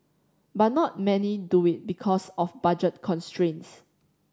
but not many do it because of budget constraints